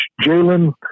Jalen